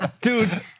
Dude